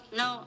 no